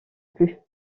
plus